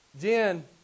Jen